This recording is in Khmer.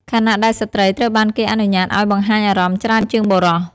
ខណៈដែលស្ត្រីត្រូវបានគេអនុញ្ញាតឱ្យ បង្ហាញអារម្មណ៍ ច្រើនជាងបុរស។